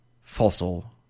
fossil